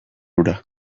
hura